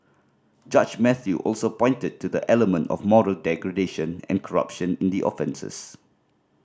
judge Mathew also pointed to the element of moral degradation and corruption in the offences